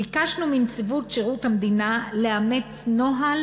ביקשנו מנציבות שירות המדינה לאמץ נוהל